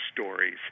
stories